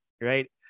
right